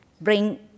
bring